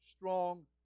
strong